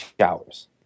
showers